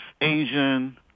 Asian